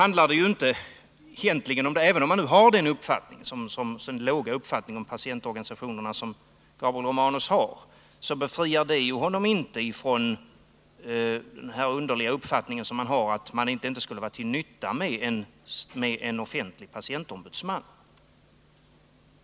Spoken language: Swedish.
Nr 56 Även om man har en så låg uppfattning om patientorganisationerna som Tisdagen den Gabriel Romanus har, så förklarar det inte den underliga uppfattning som 18 december 1979 han här har, att en offentlig patientombudsman inte skulle vara till nytta.